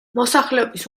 მოსახლეობის